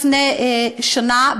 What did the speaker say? לפני שנה,